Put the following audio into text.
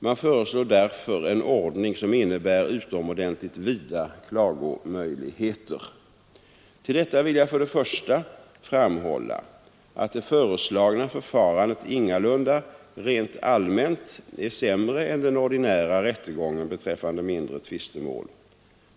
Man föreslår därför en ordning som innebär utomordentligt vida klagomöjligheter. Till detta vill jag först och främst framhålla att det föreslagna förfarandet ingalunda rent allmänt är sämre än den ordinära rättegången beträffande mindre tvistemål.